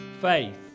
faith